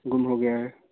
गुम हो गया है